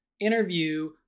interview